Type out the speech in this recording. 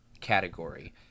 category